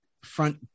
front